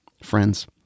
Friends